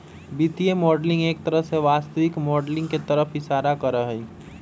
वित्तीय मॉडलिंग एक तरह से वास्तविक माडलिंग के तरफ इशारा करा हई